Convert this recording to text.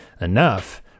enough